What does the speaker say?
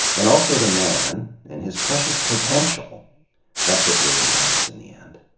and also the man, and his precious potential that's what really matters, in the end.